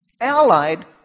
Allied